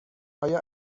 ایا